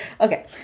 Okay